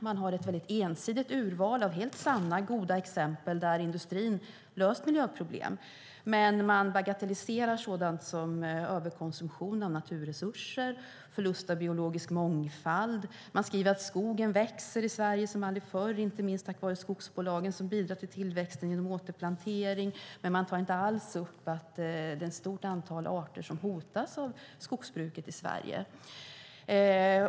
Det är ett mycket ensidigt urval av helt sanna, goda exempel där industrin har löst miljöproblem, men man bagatelliserar sådant som överkonsumtion av naturresurser och förlust av biologisk mångfald. Man skriver att skogen växer som aldrig förr i Sverige, inte minst tack vare skogsbolagen som bidrar till tillväxten genom återplanteringen, men man tar inte alls upp att det finns ett stort antal arter som hotas av skogsbruket i Sverige.